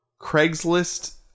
Craigslist